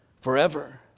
forever